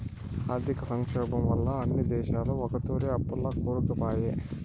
ఆర్థిక సంక్షోబం వల్ల అన్ని దేశాలు ఒకతూరే అప్పుల్ల కూరుకుపాయే